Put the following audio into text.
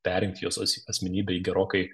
perrinkt jo as asmenybę į gerokai